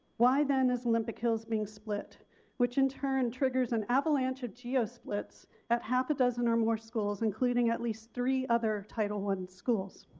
why then is olympic hills being split which in turn triggers an avalanche of geo splits at a half dozen or more schools including at least three other title one schools.